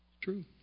True